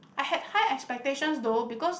I had high expectations though because